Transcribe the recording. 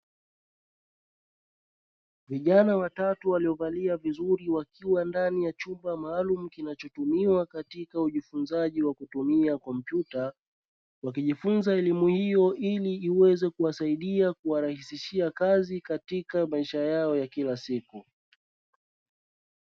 Vijana watatu waliovalia vizuri wakiwa ndani ya chumba maalumu, kinachotumiwa katika ujifunzaji wa kutumia kompyuta, wakijifunza elimu hiyo ili iweze kuwasaidia kuwarahisishia kazi katika maisha yao ya kila siku.